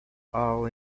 all